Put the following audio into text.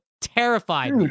Terrified